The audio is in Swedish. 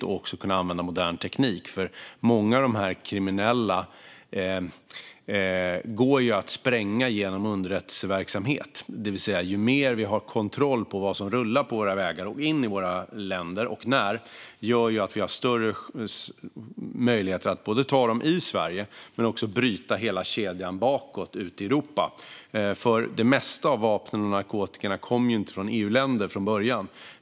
Man ska också kunna använda modern teknik, för många av de kriminella gängen går ju att spränga genom underrättelseverksamhet, det vill säga att ju mer kontroll vi har på vad som rullar på våra vägar och in i vårt land, desto större möjligheter har vi att ta dem i Sverige men också att bryta hela kedjan bakåt ute i Europa. Det mesta av vapnen och narkotikan kommer ju inte från EU-länder från början.